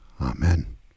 amen